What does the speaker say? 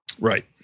Right